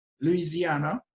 Louisiana